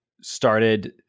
started